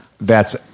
thats